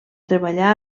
treballar